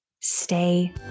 stay